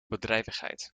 bedrijvigheid